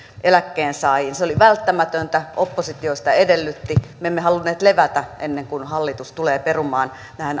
eläkkeensaajiin se oli välttämätöntä oppositio sitä edellytti me emme halunneet levätä ennen kuin hallitus tulee perumaan